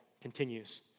continues